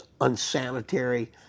unsanitary